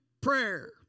prayer